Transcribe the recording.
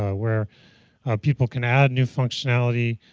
ah where people can add new functionality,